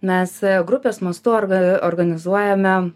mes grupės mastu orga organizuojame